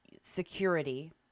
security